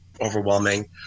overwhelming